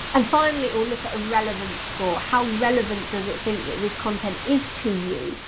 and finally, it will look at a relevance score. how relevant does it think that this content is to you?